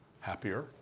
happier